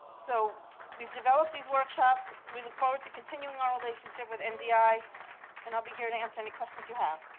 so we've developed these workshops. we look forward to continuing our relationship with and ndi and i'll be here to answer any questions you have.